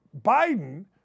Biden